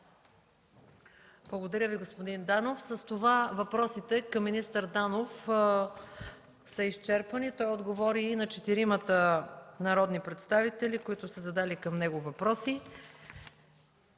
Благодаря, господин Данов. С това въпросите към министър Данов са изчерпани. Той отговори на четиримата народни представители, задали въпроси